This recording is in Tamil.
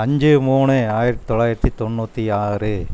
அஞ்சு மூணு ஆயிரத்து தொளாயிரத்து தொண்ணூற்றி ஆறு